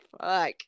Fuck